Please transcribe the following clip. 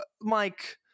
Mike